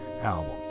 album